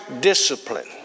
discipline